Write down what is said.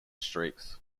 streaks